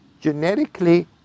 genetically